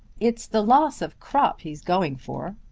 it's the loss of crop he's going for,